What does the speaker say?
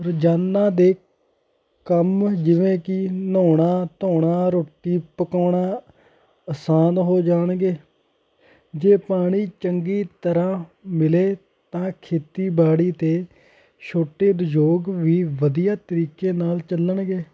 ਰੋਜ਼ਾਨਾ ਦੇ ਕੰਮ ਜਿਵੇਂ ਕਿ ਨਹਾਉਣਾ ਧੋਣਾ ਰੋਟੀ ਪਕਾਉਣਾ ਅਸਾਨ ਹੋ ਜਾਣਗੇ ਜੇ ਪਾਣੀ ਚੰਗੀ ਤਰ੍ਹਾਂ ਮਿਲੇ ਤਾਂ ਖੇਤੀਬਾੜੀ ਅਤੇ ਛੋਟੇ ਉਦਯੋਗ ਵੀ ਵਧੀਆ ਤਰੀਕੇ ਨਾਲ ਚੱਲਣਗੇ